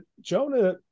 Jonah